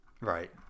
right